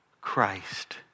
Christ